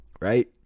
Right